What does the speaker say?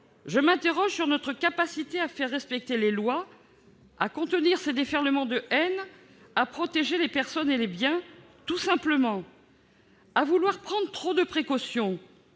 je m'interroge sur notre capacité à faire respecter les lois, à contenir ces déferlements de haine, à protéger, tout simplement, les personnes et les biens. À vouloir prendre trop de précautions,